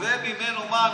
גובה ממנו מע"מ.